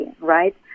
right